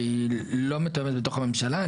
שהיא לא מתואמת בתוך הממשלה.